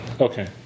Okay